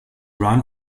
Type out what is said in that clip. run